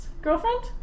Girlfriend